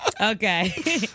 Okay